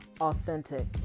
authentic